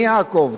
מי יעקוב?